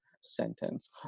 sentence